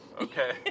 Okay